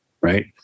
right